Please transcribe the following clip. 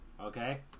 okay